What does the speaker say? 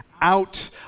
out